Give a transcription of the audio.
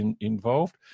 involved